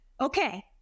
Okay